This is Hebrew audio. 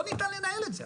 לא ניתן לנהל את זה.